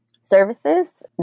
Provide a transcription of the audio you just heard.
services